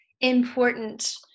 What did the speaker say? important